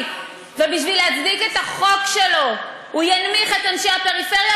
ובשביל להצדיק את החוק שלו הוא ינמיך את אנשי הפריפריה,